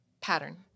pattern